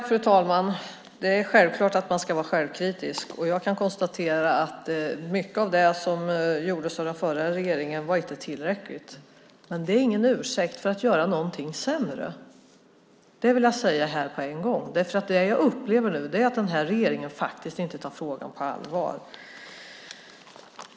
Fru talman! Det är självklart att man ska vara självkritisk. Jag kan konstatera att mycket av det som gjordes av den förra regeringen inte var tillräckligt. Men det är ingen ursäkt för att göra någonting sämre. Det vill jag säga här på en gång. Jag upplever att den här regeringen inte tar frågan på allvar.